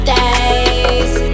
days